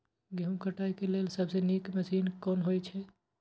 गेहूँ काटय के लेल सबसे नीक मशीन कोन हय?